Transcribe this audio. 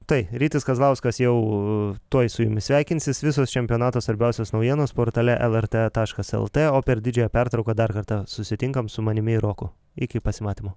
tai rytis kazlauskas jau tuoj su jumis sveikinsis visos čempionato svarbiausios naujienos portale lrt taškas lt o per didžiąją pertrauką dar kartą susitinkam su manimi ir roku iki pasimatymo